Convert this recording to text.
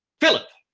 philip,